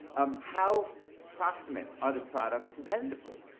um how proximate are the products competitively?